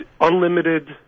unlimited